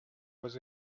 was